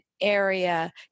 area